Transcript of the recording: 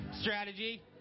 Strategy